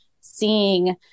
seeing